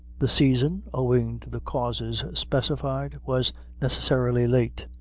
the season, owing to the causes specified, was necessarily late,